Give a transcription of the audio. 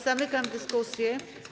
Zamykam dyskusję.